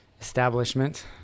establishment